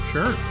Sure